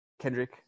Kendrick